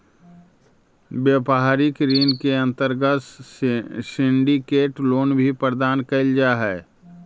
व्यापारिक ऋण के अंतर्गत सिंडिकेट लोन भी प्रदान कैल जा हई